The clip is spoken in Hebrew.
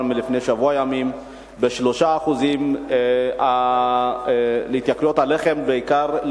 מלפני שבוע ימים ב-3%; התייקרות של הלחם האחיד בעיקר,